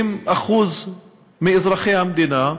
20% מאזרחי המדינה,